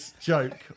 joke